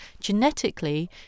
Genetically